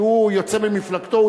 כשהוא יוצא ממפלגתו,